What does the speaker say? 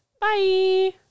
Bye